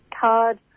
card